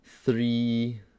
three